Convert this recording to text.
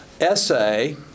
essay